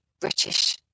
British